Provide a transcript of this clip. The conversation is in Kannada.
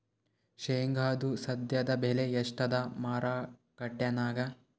ಶೇಂಗಾದು ಸದ್ಯದಬೆಲೆ ಎಷ್ಟಾದಾ ಮಾರಕೆಟನ್ಯಾಗ?